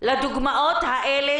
לדוגמאות האלה,